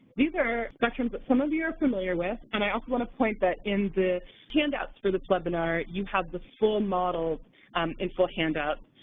these are spectrums that some of you are familiar with, and i also want to point that in the handouts for this webinar you have the full model info handout,